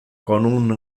con